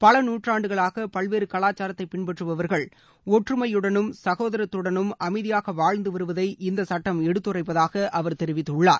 பல நூற்றாண்டுகளாக பல்வேறு கலாச்சாரத்தை பின்பற்றுபவர்கள் ஒற்றுமையுடனும் சகோதாரத்துடனும் அமைதியாக வாழ்ந்து வருவதை இந்த சுட்டம் எடுத்துரைப்பதாக அவர் தெரிவித்துள்ளார்